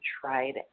tried